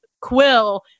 Quill